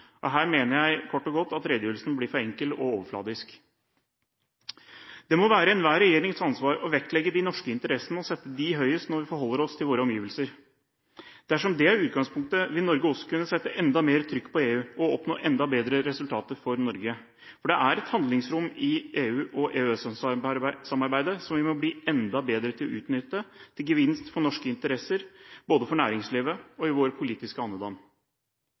og det er synd. Her mener jeg kort og godt at redegjørelsen blir for enkel og overfladisk. Det må være enhver regjerings ansvar å vektlegge de norske interessene og sette dem høyest når vi forholder oss til våre omgivelser. Dersom det er utgangspunktet, vil Norge kunne legge enda mer trykk på EU og oppnå enda bedre resultater for Norge. For det er et handlingsrom i EU- og EØS-samarbeidet som vi må bli enda bedre til å utnytte til gevinst for norske interesser, både i næringslivet og i vår politiske andedam.